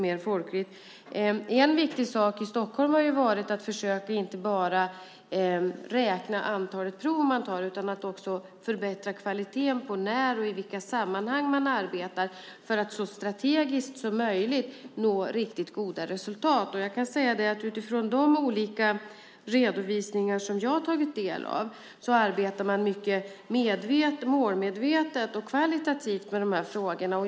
En viktig sak i Stockholm har varit att inte bara räkna antalet prov utan också förbättra kvaliteten när det gäller i vilka sammanhang man arbetar för att så strategiskt som möjligt nå riktigt goda resultat. Enligt de redovisningar som jag har tagit del av arbetar man mycket målmedvetet och kvalitativt med de här frågorna.